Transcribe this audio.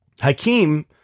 Hakeem